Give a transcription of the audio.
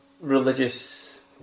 religious